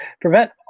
Prevent